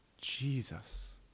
Jesus